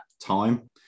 time